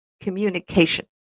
Communication